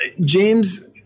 James